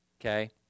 okay